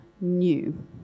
new